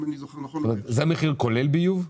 זה מחיר כולל ביוב?